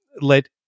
let